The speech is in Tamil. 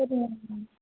சரிங்க மேம்